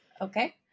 Okay